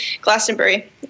Glastonbury